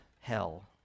hell